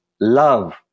love